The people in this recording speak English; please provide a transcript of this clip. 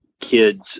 kids